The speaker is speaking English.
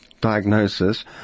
diagnosis